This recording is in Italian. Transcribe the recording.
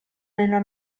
nella